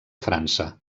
frança